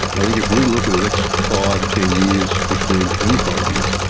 i think if we look at the next five or ten years, fifteen, twenty five years,